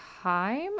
time